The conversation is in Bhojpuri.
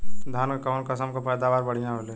धान क कऊन कसमक पैदावार बढ़िया होले?